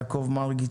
יעקב מרגי,